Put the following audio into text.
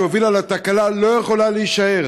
שהוביל לתקלה שלא תתוקן בזמן הקצר שעומד